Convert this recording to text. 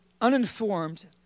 uninformed